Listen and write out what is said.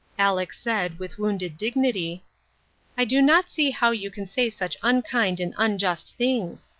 aleck said, with wounded dignity i do not see how you can say such unkind and unjust things.